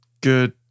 good